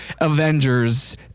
Avengers